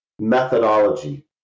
Methodology